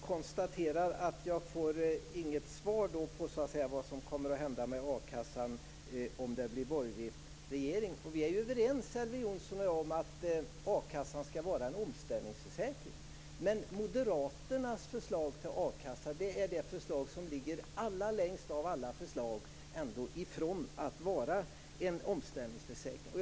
Fru talman! Jag konstaterar att jag inte får något svar på vad som kommer att hända med a-kassan om det blir borgerlig regering. Vi är överens, Elver Jonsson och jag, om att a-kassan skall vara en omställningsförsäkring. Men moderaternas förslag till akassa är det förslag som ligger allra längst från att vara en omställningsförsäkring av alla förslag.